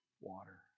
water